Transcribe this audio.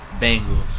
Bengals